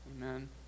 Amen